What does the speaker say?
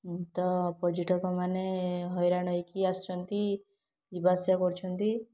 ତ ପର୍ଯ୍ୟଟକମାନେ ହଇରାଣ ହୋଇକି ଆସୁଛନ୍ତି ଯିବା ଆସିବା କରୁଛନ୍ତି